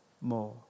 more